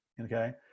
Okay